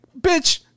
Bitch